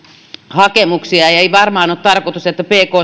hakemuksia ei ei varmaan ole tarkoitus että pk